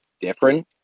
different